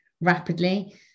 rapidly